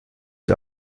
der